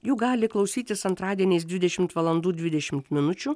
jų gali klausytis antradieniais dvidešimt valandų dvidešimt minučių